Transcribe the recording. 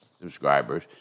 subscribers